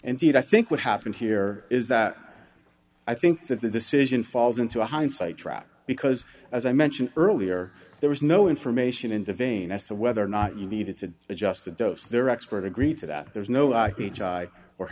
and i think what happened here is that i think that the decision falls into a hindsight trap because as i mentioned earlier there was no information into vein as to whether or not you needed to adjust the dose there expert agree to that there's no